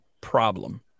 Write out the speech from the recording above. problem